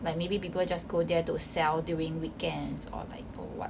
like maybe people just go there to sell during weekends or like or what